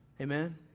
Amen